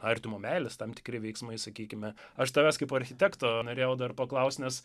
artimo meilės tam tikri veiksmai sakykime aš tavęs kaip architekto norėjau dar paklausti nes